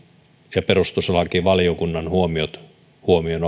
ja perustuslakivaliokunnan huomiot huomioon